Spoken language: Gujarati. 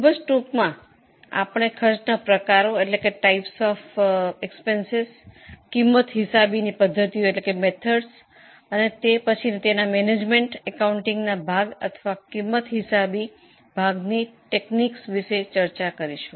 ખૂબ જ ટૂંકમાં આપણે ખર્ચનાં પ્રકારો પડતર હિસાબી કરણની પદ્ધતિઓ અને પછી મેનેજમેન્ટ એકાઉન્ટિંગ અથવા પડતર હિસાબી કરણના તકનીકો વિશે ચર્ચા કરીશું